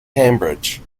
cambridge